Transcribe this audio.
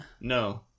No